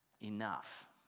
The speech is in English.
enough